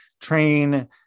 train